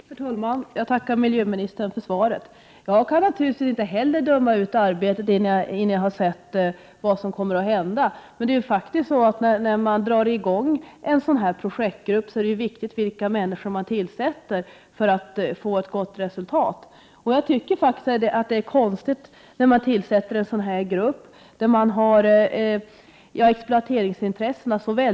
Herr talman! Jag tackar miljöministern för svaret. Jag kan naturligtvis inte döma ut arbetet innan jag har sett vad som kommer att hända, men när man drar i gång en sådan här projektgrupp är det ju viktigt vilka människor man tillsätter för att få ett gott resultat. Jag tycker faktiskt att det är konstigt att exploateringsintressena är så starkt företrädda i en sådan här grupp.